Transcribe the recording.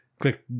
click